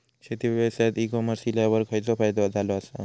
शेती व्यवसायात e commerce इल्यावर खयचो फायदो झालो आसा?